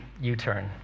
U-turn